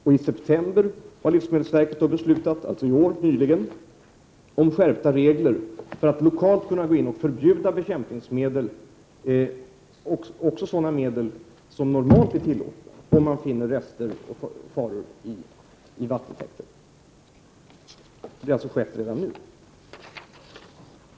I september i år beslutade livmedelsverket om skärpta regler för att kunna gå in och lokalt förbjuda bekämpningsmedel, också sådana som normalt är tillåtna, om man finner rester och faror i vattentäkter. Detta har alltså skett redan nu.